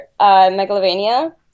Megalovania